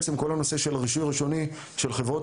כל הנושא בעצם של רישוי ראשוני של חברות